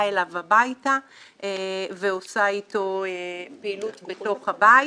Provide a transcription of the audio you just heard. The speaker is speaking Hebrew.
אליו הביתה ועושים איתו פעילות בתוך הבית.